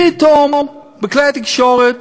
פתאום בכלי התקשורת,